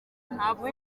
ntapfa